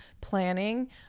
planning